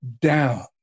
down